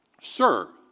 Sir